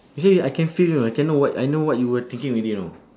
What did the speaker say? you see I can feel you know I can know what I know what you were thinking already know